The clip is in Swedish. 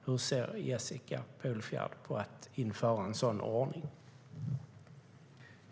Hur ser Jessica Polfjärd på att införa en sådan ordning?